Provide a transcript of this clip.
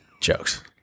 Jokes